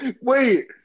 Wait